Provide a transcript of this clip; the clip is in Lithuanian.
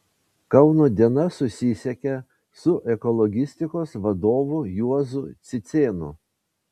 kauno diena susisiekė su ekologistikos vadovu juozu cicėnu